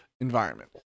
environment